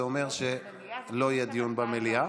זה אומר שלא יהיה דיון במליאה.